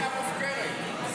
אבל מי אמר לך שזו עסקה מופקרת?